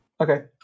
Okay